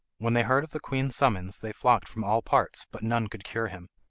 when they heard of the queen's summons they flocked from all parts, but none could cure him.